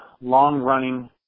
long-running